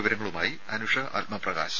വിവരങ്ങളുമായി അനുഷ ആത്മപ്രകാശ്